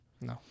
No